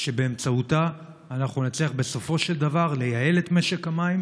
שבאמצעותה אנחנו נצליח בסופו של דבר לייעל את משק המים,